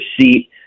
seat